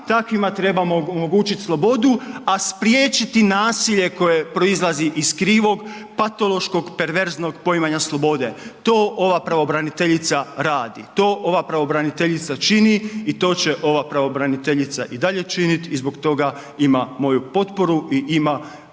takvima trebamo omogućiti slobodu, a spriječiti nasilje koje proizlazi iz krivog, patološkog, perverznog poimanja slobode. To ova pravobraniteljica radi, to ova pravobraniteljica čini i to će ova pravobraniteljica i dalje činiti i zbog toga ima moju potporu i ima